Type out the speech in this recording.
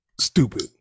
stupid